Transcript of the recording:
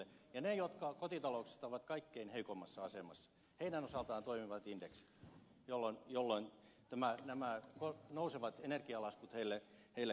ja niiden kotitalouksien osalta jotka ovat kaikkein heikoimmassa asemassa toimivat indeksit jolloin nämä nousevat energialaskut heille korvataan